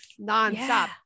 nonstop